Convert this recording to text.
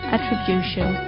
Attribution